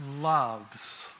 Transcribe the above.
loves